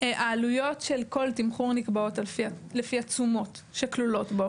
העלויות של כל תמחור נקבעות על פי התשומות שכלולות בו.